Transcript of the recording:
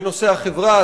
בנושא החברה,